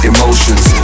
Emotions